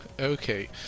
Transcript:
Okay